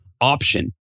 option